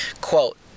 Quote